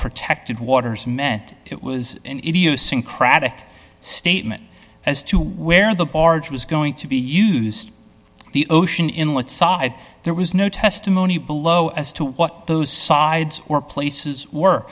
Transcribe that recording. protected waters meant it was an idiosyncratic statement as to where the barge was going to be used the ocean inlet side there was no testimony below as to what those sides were places w